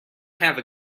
have